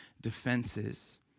defenses